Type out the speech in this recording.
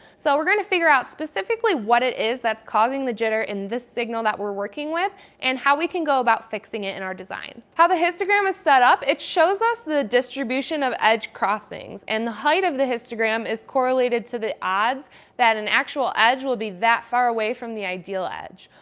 so we're going to figure out specifically what it is that's causing the jitter in this signal that we're working with and how we can go about fixing it in our design. how the histogram is set up, it shows us the distribution of edge crossings and the height of the histogram is correlated to the odds that the and actual edge will be that far away from the ideal edge.